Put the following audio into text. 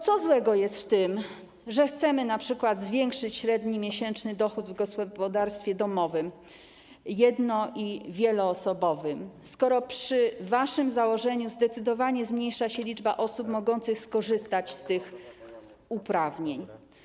Co złego jest z tym, że chcemy np. zwiększyć średni miesięczny dochód w gospodarstwie domowym jedno- i wieloosobowym, skoro przy waszym założeniu zdecydowanie zmniejsza się liczba osób mogących skorzystać z tych uprawnień?